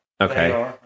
Okay